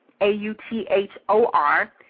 A-U-T-H-O-R